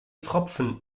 pfropfen